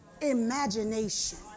imagination